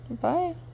bye